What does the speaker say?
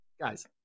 Guys